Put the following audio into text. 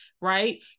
right